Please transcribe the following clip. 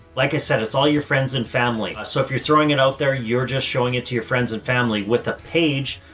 like i said, it's all your friends and family. so if you're throwing it out there, you're just showing it to your friends and family with a page,